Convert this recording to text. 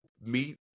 meet